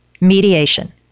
Mediation